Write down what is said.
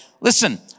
Listen